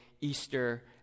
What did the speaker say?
Easter